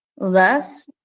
Thus